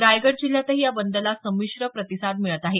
रायगड जिल्ह्यातही बंदला संमिश्र प्रतिसाद मिळत आहे